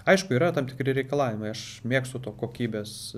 aišku yra tam tikri reikalavimai aš mėgstu to kokybės